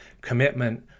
commitment